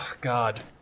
God